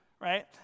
right